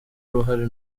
uruhare